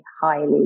highly